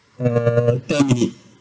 uh tell me